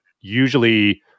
usually